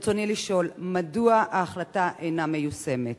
ברצוני לשאול: מדוע ההחלטה אינה מיושמת?